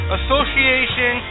Association